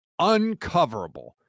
uncoverable